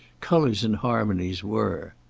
colours and harmonies, were.